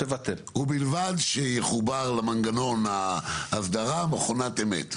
ובלבד שיחובר למנגנון ההסדרה, מכונת אמת.